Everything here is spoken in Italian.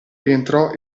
rientrò